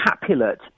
Capulet